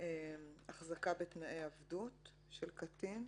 החזקה בתנאי עבדות של קטין.